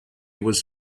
was